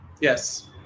Yes